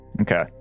Okay